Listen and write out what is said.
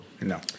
No